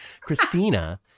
Christina